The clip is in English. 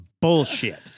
bullshit